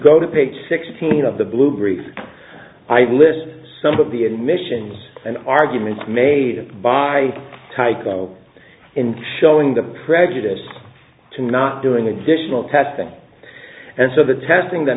go to page sixteen of the blue brief i list some of the admissions and arguments made by tyco in showing the prejudice to not doing additional testing and so the testing that